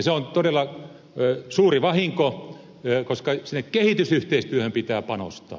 se on todella suuri vahinko koska sinne kehitysyhteistyöhön pitää panostaa